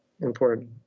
important